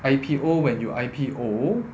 I_P_O when you I_P_O